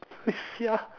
blades sia